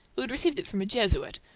who had received it from a jesuit,